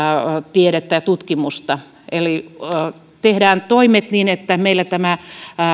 tiedettä ja tutkimusta eli tehdään toimet niin että meillä tämä